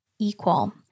equal